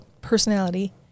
personality